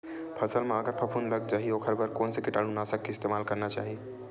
फसल म अगर फफूंद लग जा ही ओखर बर कोन से कीटानु नाशक के इस्तेमाल करना चाहि?